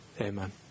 Amen